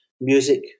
Music